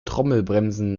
trommelbremsen